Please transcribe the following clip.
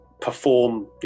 perform